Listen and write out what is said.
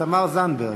תמר זנדברג,